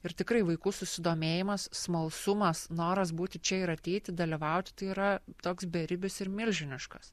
ir tikrai vaikų susidomėjimas smalsumas noras būti čia ir ateiti dalyvauti tai yra toks beribis ir milžiniškas